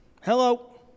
Hello